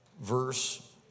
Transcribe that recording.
verse